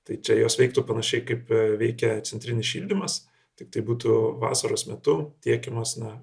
tai čia jos veiktų panašiai kaip veikia centrinis šildymas tiktai būtų vasaros metu tiekiamas na